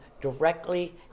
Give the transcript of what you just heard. directly